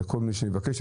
לכל מי שיבקש?